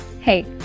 Hey